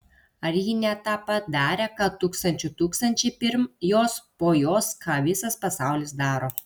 ar ji ne tą pat darė ką tūkstančių tūkstančiai pirm jos po jos ką visas pasaulis daro